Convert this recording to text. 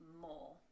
more